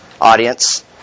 audience